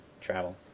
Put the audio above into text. travel